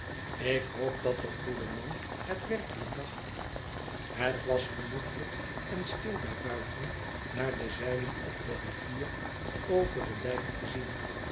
ik hoop dat de goede man het werkelijk dacht het was genoeglijk en stil daar buiten naar de zeiien op de rivier over den dijk te zien